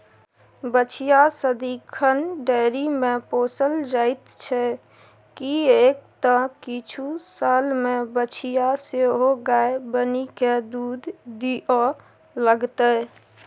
बछिया सदिखन डेयरीमे पोसल जाइत छै किएक तँ किछु सालमे बछिया सेहो गाय बनिकए दूध दिअ लागतै